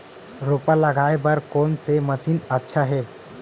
रोपा लगाय बर कोन से मशीन अच्छा हे?